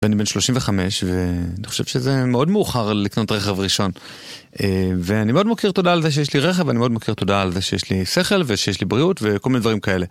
אני בן 35, ואני חושב שזה מאוד מאוחר לקנות רכב ראשון. ואני מאוד מוקיר תודה על זה שיש לי רכב, ואני מאוד מוקיר תודה על זה שיש לי שכל ושיש לי בריאות וכל מיני דברים כאלה.